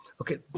okay